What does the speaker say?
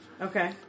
Okay